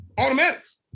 automatics